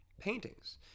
paintings